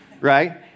Right